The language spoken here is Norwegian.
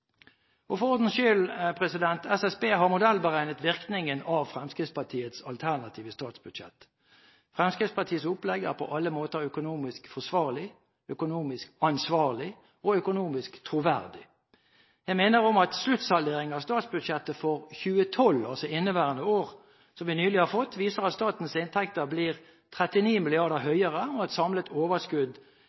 – for ordens skyld – SSB har modellberegnet virkningene av Fremskrittspartiets alternative statsbudsjett. Fremskrittspartiets opplegg er på alle måter økonomisk forsvarlig, økonomisk ansvarlig og økonomisk troverdig. Jeg minner om at sluttsalderingen av statsbudsjettet for 2012, altså inneværende år, som vi nylig har fått, viser at statens inntekter blir 39 mrd. kr høyere, og at samlet overskudd